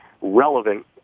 relevant